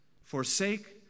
forsake